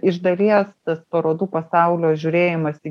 iš dalies tas parodų pasaulio žiūrėjimas į